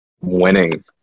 winning